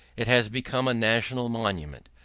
it has become a national monument.